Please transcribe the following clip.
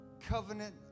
covenant